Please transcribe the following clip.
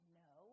no